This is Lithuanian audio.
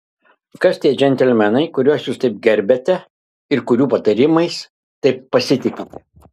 kas tie džentelmenai kuriuos jūs taip gerbiate ir kurių patarimais taip pasitikite